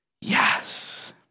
yes